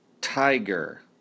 tiger